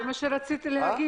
אני מעדיף להגיד